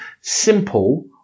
simple